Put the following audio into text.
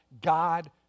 God